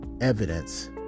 evidence